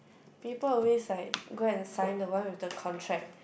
people always like go and sign the one with the contract